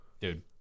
dude